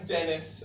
Dennis